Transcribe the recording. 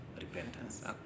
repentance